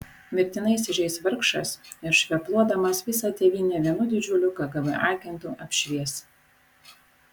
mirtinai įsižeis vargšas ir švepluodamas visą tėvynę vienu didžiuliu kgb agentu apšvies